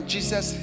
Jesus